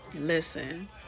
Listen